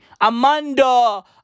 Amanda